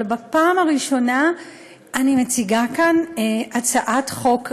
אבל בפעם הראשונה אני מציגה כאן הצעת חוק כוללת,